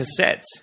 cassettes